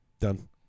Done